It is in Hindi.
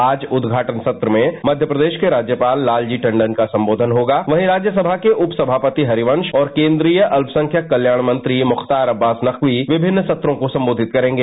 आज उद्घाटन सत्र में मध्य प्रदेश के राज्यपाल लालजी टंडन का संबोधन होगा वहीं राज्यसभा के उप सभापति हरियांग और केन्द्रीय अल्पसंख्यक कल्याण मंत्री मुख्तार अब्बास नकवी विभिन्न सत्रों को संबोधित करेगे